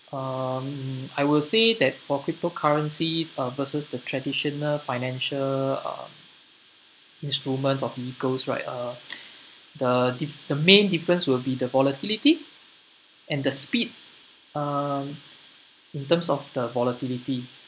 um I will say that for cryptocurrencies uh versus the traditional financial uh instruments or vehicles right uh the dif~ the main difference will be the volatility and the speed um in terms of the volatility